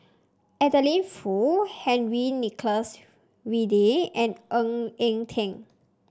Adeline Foo Henry Nicholas Ridley and Ng Eng Teng